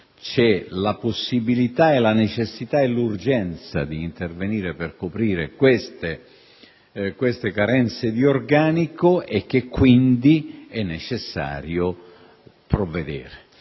c'è la possibilità, la necessità e l'urgenza di intervenire per coprire tali carenze di organico e che quindi è necessario provvedere.